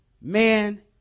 man